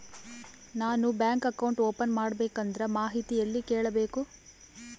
ನಾನು bank account open ಮಾಡಬೇಕಂದ್ರ ಮಾಹಿತಿ ಎಲ್ಲಿ ಕೇಳಬೇಕು?